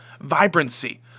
vibrancy